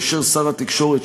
אישר שר התקשורת,